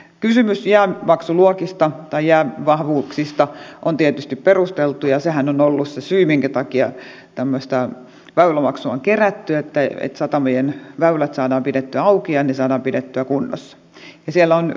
kysymys jäämaksuluokista tai jäävahvuuksista on tietysti perusteltu ja sehän on ollut se syy minkä takia tämmöistä väylämaksua on kerätty että satamien väylät saadaan pidettyä auki ja ne saadaan pidettyä kunnossa